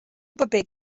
paper